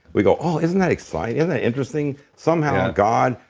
we go oh, isn't that exciting and interesting. somehow god,